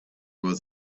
was